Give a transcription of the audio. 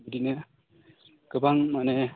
बिदिनो गोबां माने